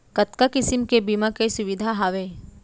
कतका किसिम के बीमा के सुविधा हावे?